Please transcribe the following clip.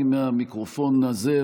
אני מהמיקרופון הזה,